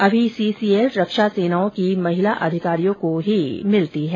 अभी सीसीएल रक्षा सेनाओं की महिला अधिकारियों को ही मिलती है